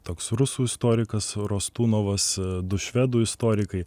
toks rusų istorikas rostunovas du švedų istorikai